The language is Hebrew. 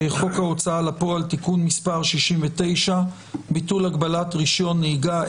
חוק ההוצאה לפועל (תיקון מס' 69) (ביטול הגבלת רישיון נהיגה),